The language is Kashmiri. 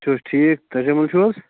تُہۍ چھِو ٹھیٖک تجمُل چھِو حظ